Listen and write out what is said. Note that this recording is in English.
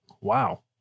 wow